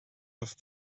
off